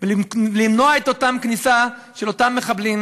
ולמנוע את אותה כניסה של אותם מחבלים,